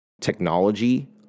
technology